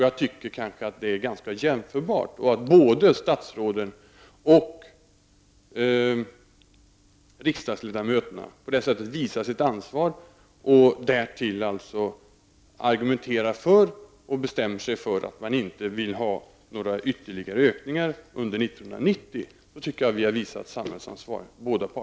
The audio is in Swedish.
Jag tycker att det är ganska jämförbart att både statsråden och riksdagsledamöterna på det sättet visar sitt ansvar, argumenterar för och bestämmer sig för att man inte vill ha några ytterligare ökningar under 1990. Då tycker jag att båda parter har visat samhällsansvar.